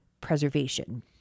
preservation